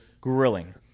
grilling